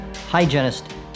hygienist